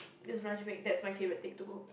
is lunch break that's my favourite thing to go